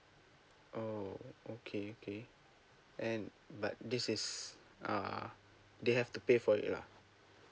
oh okay okay and but this is uh they have to pay for it lah